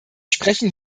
sprechen